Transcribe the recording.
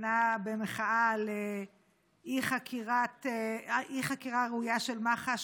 הפגנה במחאה על אי-חקירה ראויה של מח"ש